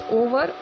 over